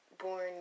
born